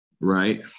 Right